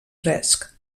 fresc